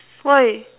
why